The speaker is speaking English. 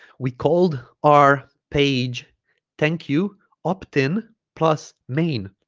we called our page thank you optin plus main